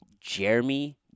Jeremy